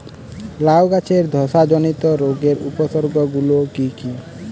লাউ গাছের ধসা জনিত রোগের উপসর্গ গুলো কি কি?